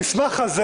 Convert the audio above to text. המסמך הזה